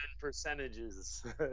percentages